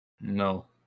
No